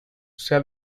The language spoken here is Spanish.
sea